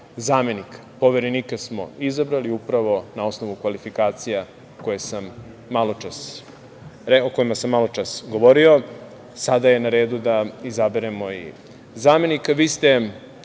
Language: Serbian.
zamenika. Poverenika smo izabrali upravo na osnovu kvalifikacija o kojima sam maločas govorio, sada je na redu da izaberemo i zamenika. Vi ste,